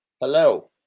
Hello